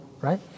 right